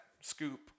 scoop